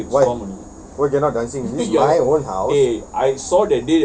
why why cannot dancing it's my own house